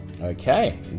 Okay